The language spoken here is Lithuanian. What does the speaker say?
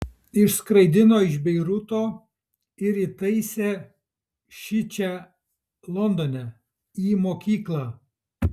išskraidino iš beiruto ir įtaisė šičia londone į mokyklą